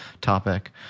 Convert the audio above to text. topic